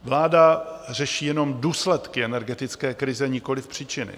Vláda řeší jenom důsledky energetické krize, nikoliv příčiny.